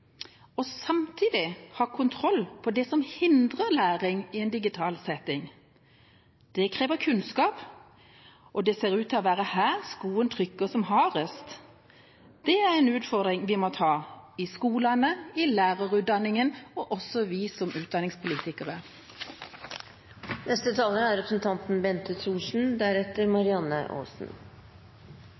og samtidig ha kontroll på det som hindrer læring i en digital setting. Det krever kunnskap. Og det ser ut til å være her skoen trykker som hardest. Det er en utfordring vi må ta i skolene, i lærerutdanningen og også som utdanningspolitikere. Det er en svært viktig sak representanten